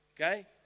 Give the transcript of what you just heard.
Okay